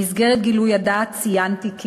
במסגרת גילוי הדעת ציינתי כי